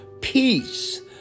peace